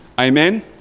amen